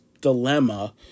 dilemma